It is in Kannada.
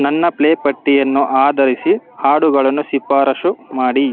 ನನ್ನ ಪ್ಲೇ ಪಟ್ಟಿಯನ್ನು ಆಧರಿಸಿ ಹಾಡುಗಳನ್ನು ಶಿಫಾರಶು ಮಾಡಿ